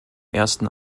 ersten